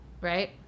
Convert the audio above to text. right